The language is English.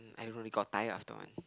I don't know they got tired after one